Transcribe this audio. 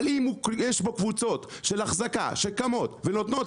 אבל יש פה קבוצות של החזקה שקמות ונותנות